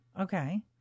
Okay